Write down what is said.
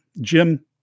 Jim